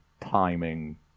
timing